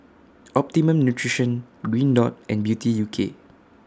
Optimum Nutrition Green Dot and Beauty U K